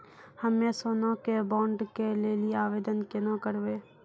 हम्मे सोना के बॉन्ड के लेली आवेदन केना करबै?